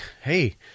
hey